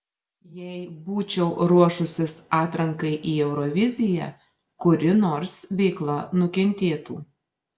jei būčiau ruošusis atrankai į euroviziją kuri nors veikla nukentėtų